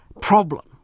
problem